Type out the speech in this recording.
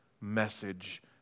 message